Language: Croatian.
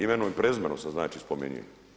Imenom i prezimenom sam znači spomenuo.